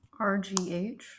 RGH